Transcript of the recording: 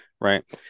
Right